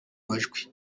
majwi